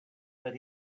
that